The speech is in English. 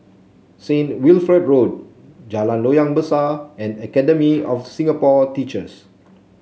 Saint Wilfred Road Jalan Loyang Besar and Academy of Singapore Teachers